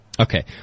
Okay